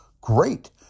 Great